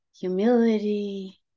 humility